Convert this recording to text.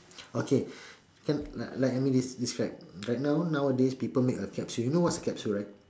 okay can like I mean this this right like now nowadays people make a capsule you know what's a capsule right